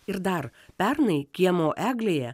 ir dar pernai kiemo eglėje